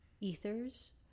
ethers